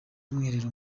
umwiherero